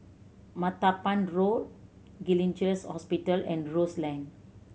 Martaban Road Gleneagles Hospital and Rose Lane